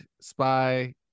spy